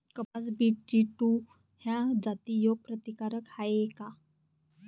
कपास BG two ह्या जाती रोग प्रतिकारक हाये का?